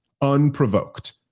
Unprovoked